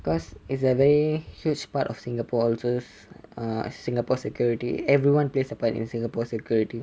cause it's a very huge part of singapore's err singapore security everyone plays a part in singapore's security